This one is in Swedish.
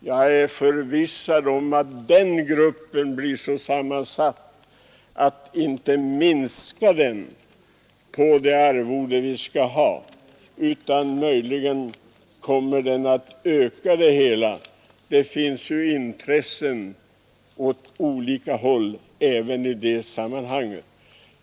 Jag är förvissad om att den gruppen blir så sammansatt att den inte minskar på det arvode vi skall ha, utan möjligen kommer den att öka det. Det finns ju intressen åt olika håll också i det sammanhanget.